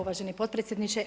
uvaženi potpredsjedniče.